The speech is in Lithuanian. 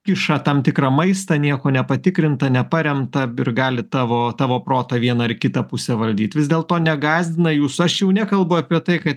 kiša tam tikrą maistą nieko nepatikrintą neparemtą ir gali tavo tavo protą į vieną ar kitą pusę valdyt vis dėlto negąsdina jūsų aš jau nekalbu apie tai kad